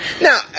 Now